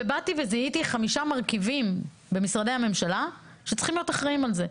ובאתי וזיהיתי חמישה מרכיבים במשרדי הממשלה שצריכים להיות אחראים על זה: